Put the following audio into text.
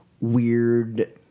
weird